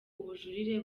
ubujurire